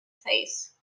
face